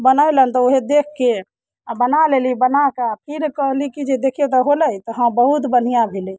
बनेलनि तऽ उएह देखि कऽ आ बना लेली बना कऽ आ फिर कहली कि जे देखियौ तऽ होलै तऽ हँ बहुत बढ़िआँ भेलै